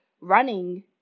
running